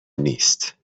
نیست